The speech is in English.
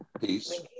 peace